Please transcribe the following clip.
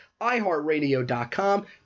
iHeartRadio.com